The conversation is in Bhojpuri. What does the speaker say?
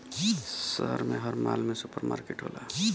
शहर में हर माल में सुपर मार्किट होला